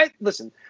Listen